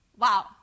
Wow